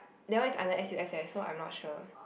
that one is under s_u_s_s so I'm not sure